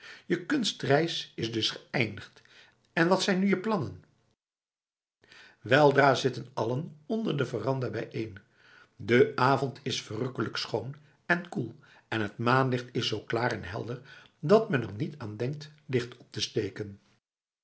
je kunstreis is dus geëindigd en wat zijn nu je plannen weldra zitten allen onder de veranda bijeen de avond is verrukkelijk schoon en koel en t maanlicht is zoo klaar en helder dat men er niet aan denkt licht op te steken